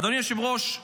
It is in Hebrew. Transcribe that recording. אדוני היושב-ראש,